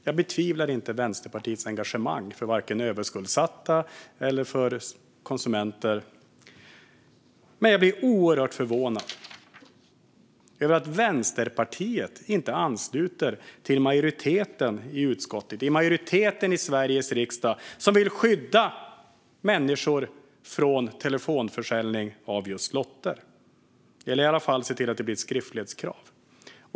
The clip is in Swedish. Jag betvivlar inte Vänsterpartiets engagemang för de överskuldsatta eller för konsumenter, men jag blir oerhört förvånad över att Vänsterpartiet inte ansluter till majoriteten i utskottet, till majoriteten i Sveriges riksdag, som vill skydda människor från telefonförsäljning av just lotter - eller i varje fall se till att det blir ett skriftlighetskrav.